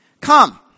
Come